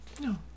no